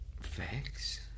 Facts